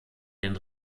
den